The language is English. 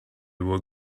were